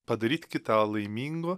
padaryt kitą laimingu